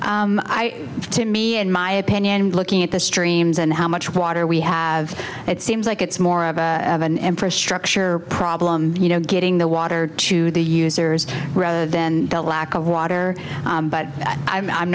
to me in my opinion looking at the streams and how much water we have it seems like it's more about an infrastructure problem you know getting the water to the users rather than the lack of water but i'm